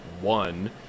one